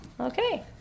okay